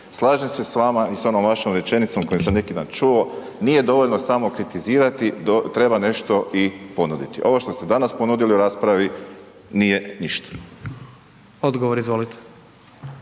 Slažem se s vama i sa onom vašom rečenicom koju sam neki dan čuo, nije dovoljno samo kritizirati, treba nešto i ponuditi. Ovo što se danas ponudili u raspravi, nije ništa. **Jandroković,